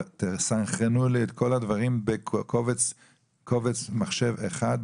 תסנכרנו לי את כל הדברים בקובץ מחשב אחד,